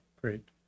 great